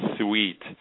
sweet